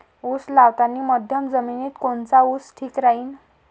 उस लावतानी मध्यम जमिनीत कोनचा ऊस ठीक राहीन?